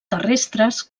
terrestres